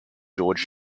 george